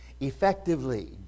Effectively